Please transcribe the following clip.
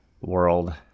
world